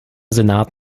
senat